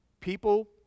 people